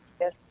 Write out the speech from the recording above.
Yes